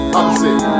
opposite